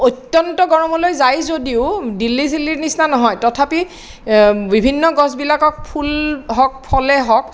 অত্যন্ত গৰমলৈ যায় যদিও দিল্লী চিল্লীৰ নিচিনা নহয় তথাপি বিভিন্ন গছবিলাকক ফুল হওঁক ফলে হওঁক